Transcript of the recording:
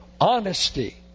honesty